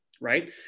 right